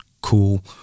cool